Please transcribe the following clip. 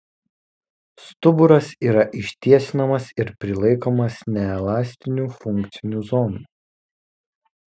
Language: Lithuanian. stuburas yra ištiesinamas ir prilaikomas neelastinių funkcinių zonų